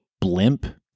blimp